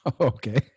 Okay